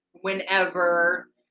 whenever